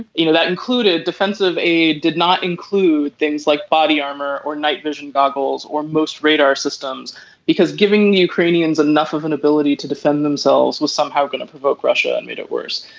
you know that included defensive aid did not include things like body armor or night vision goggles or most radar systems because giving the ukrainians enough of an ability to defend themselves was somehow going to provoke russia and made it worse.